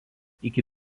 iki